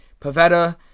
Pavetta